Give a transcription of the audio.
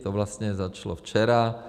To vlastně začalo včera.